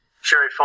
Sherry